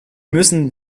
müssen